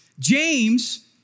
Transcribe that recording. James